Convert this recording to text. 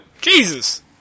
Jesus